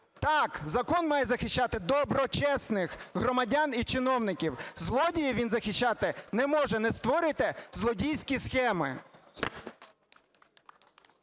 Так закон має захищати доброчесних громадян і чиновників, злодіїв він захищати не може, не створюйте злодійські схеми.